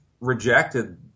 rejected